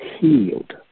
healed